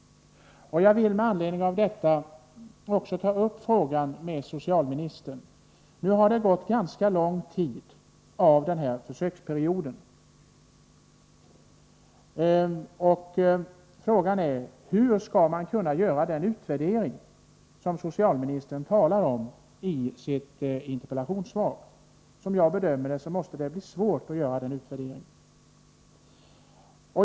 En ganska stor del av försöksperioden har nu gått till ända, och jag frågar därför socialministern: Hur skall man kunna göra den utvärdering som socialministern skriver om i sitt interpellationssvar? Såvitt jag kan se måste det bli svårt att göra en sådan utvärdering.